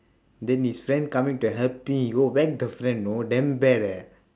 then his friend coming to help he go whack the friend you know damn bad eh